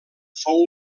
fou